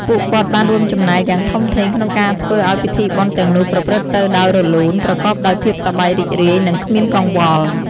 ពួកគាត់បានរួមចំណែកយ៉ាងធំធេងក្នុងការធ្វើឱ្យពិធីបុណ្យទាំងនោះប្រព្រឹត្តទៅដោយរលូន ប្រកបដោយភាពសប្បាយរីករាយ និងគ្មានកង្វល់។